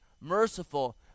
merciful